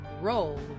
Roll